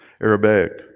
Arabic